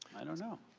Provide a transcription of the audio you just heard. i don't know.